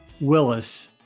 Willis